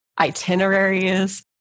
itineraries